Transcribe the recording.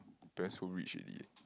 your parent so rich already eh